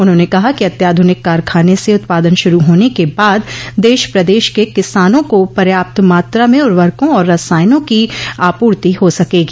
उन्होंने कहा कि अत्याधुनिक कारखाने से उत्पादन शुरू होने के बाद देश प्रदेश के किसानों को पर्याप्त मात्रा में उर्वरकों और रसायनों की आपूर्ति हो सकेगी